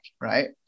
right